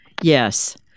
yes